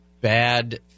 bad